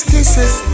Kisses